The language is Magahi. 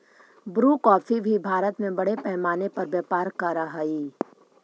ब्रू कॉफी भी भारत में बड़े पैमाने पर व्यापार करअ हई